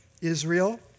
Israel